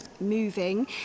moving